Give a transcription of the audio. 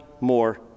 more